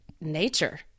nature